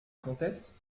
comtesse